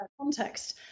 context